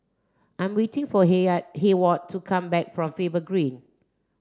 I'm waiting for Hayward to come back from Faber Green